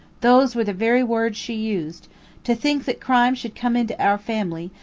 those were the very words she used to think that crime should come into our family!